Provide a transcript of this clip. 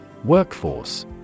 Workforce